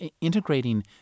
integrating